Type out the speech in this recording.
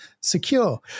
secure